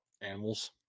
animals